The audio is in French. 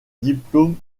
diplôme